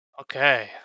Okay